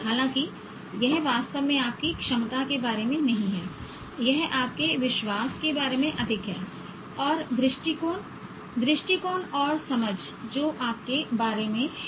हालाँकि यह वास्तव में आपकी क्षमता के बारे में नहीं है यह आपके विश्वास के बारे में अधिक है और दृष्टिकोण दृष्टिकोण और समझ जो आपके बारे में है